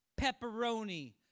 pepperoni